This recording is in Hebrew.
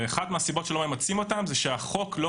ואחת מהסיבות שלא ממצים אותן זה שהחוק לא